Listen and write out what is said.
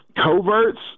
coverts